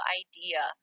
idea